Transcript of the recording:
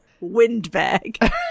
windbag